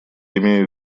имею